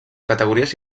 categories